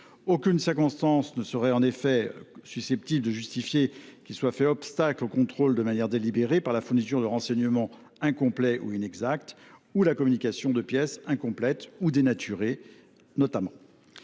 Aucune circonstance ne serait en effet susceptible de justifier qu’il soit fait obstacle au contrôle de manière délibérée, notamment par la fourniture de renseignements incomplets ou inexacts ou par la communication de pièces incomplètes ou dénaturées. Au reste,